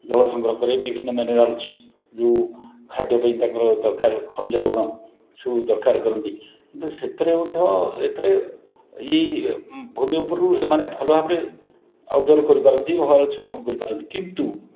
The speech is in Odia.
ଜଳ ସଂଗ୍ରହ କରେ ବିଭିନ୍ନ ମାନର ଯେଉଁ ଖାଦ୍ୟ ପାଇଁ ତାଙ୍କର ଦରକାର ଖଣିଜଲବଣ ସବୁ ଦରକାର କରନ୍ତି କିନ୍ତୁ ସେଥିରେ ମଧ୍ୟ ଏଥିରେ ଏଇ ଏମାନେ ଭଲଭାବରେ ଅବଜର୍ଭ କରିପାରନ୍ତି ଭଲଭାବରେ ଶୋଷଣ କରିପାରନ୍ତି କିନ୍ତୁ